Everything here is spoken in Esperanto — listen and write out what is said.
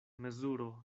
mezuro